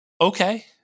okay